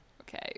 Okay